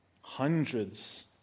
hundreds